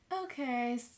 Okay